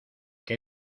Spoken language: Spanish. que